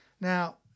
Now